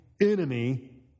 enemy